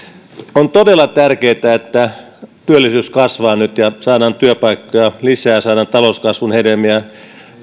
on todella tärkeätä että työllisyys kasvaa nyt ja saadaan työpaikkoja lisää saadaan talouskasvun hedelmiä